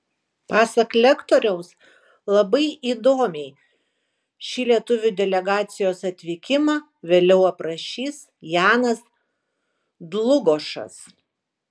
pasak lektoriaus labai įdomiai šį lietuvių delegacijos atvykimą vėliau aprašys janas dlugošas